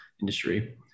industry